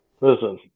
listen